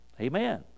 Amen